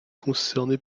concernées